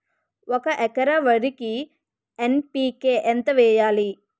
ఒక ఎకర వరికి ఎన్.పి.కే ఎంత వేయాలి?